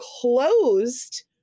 closed